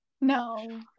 No